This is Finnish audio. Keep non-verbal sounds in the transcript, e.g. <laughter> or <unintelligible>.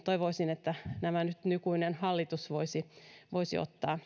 toivoisin että nykyinen hallitus voisi voisi ottaa <unintelligible>